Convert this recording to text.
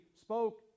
spoke